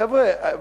חבר'ה,